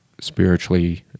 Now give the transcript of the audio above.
spiritually